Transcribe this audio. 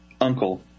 uncle